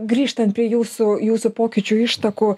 grįžtant prie jūsų jūsų pokyčių ištakų